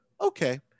Okay